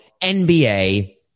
NBA